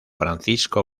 francisco